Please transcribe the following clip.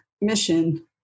mission